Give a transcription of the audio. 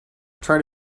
try